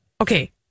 Okay